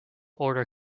order